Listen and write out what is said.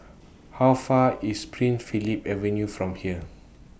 How Far IS Prince Philip Avenue from here